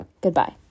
Goodbye